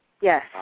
Yes